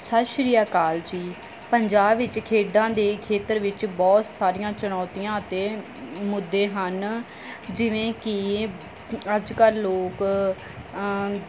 ਸਤਿ ਸ਼੍ਰੀ ਅਕਾਲ ਜੀ ਪੰਜਾਬ ਵਿੱਚ ਖੇਡਾਂ ਦੇ ਖੇਤਰ ਵਿੱਚ ਬਹੁਤ ਸਾਰੀਆਂ ਚੁਣੌਤੀਆਂ ਅਤੇ ਮੁੱਦੇ ਹਨ ਜਿਵੇਂ ਕਿ ਅੱਜ ਕੱਲ੍ਹ ਲੋਕ